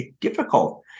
difficult